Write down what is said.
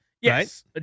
yes